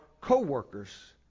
co-workers